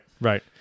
right